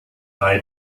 bei